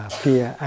fear